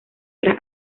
tras